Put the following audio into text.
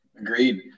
Agreed